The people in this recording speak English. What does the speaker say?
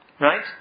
Right